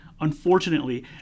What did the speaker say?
Unfortunately